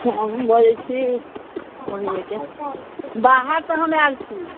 हम बजै छी ओइमे के बाहरसँ हम आयल छी